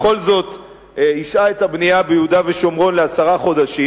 בכל זאת השהה את הבנייה ביהודה ושומרון לעשרה חודשים.